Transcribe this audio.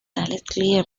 allegedly